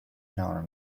ignore